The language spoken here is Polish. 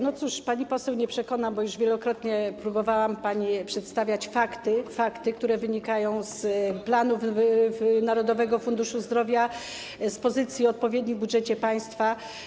No cóż, pani poseł nie przekonam, bo już wielokrotnie próbowałam pani przedstawiać fakty, fakty które wynikają z planów Narodowego Funduszu Zdrowia, z odpowiednich pozycji w budżecie państwa.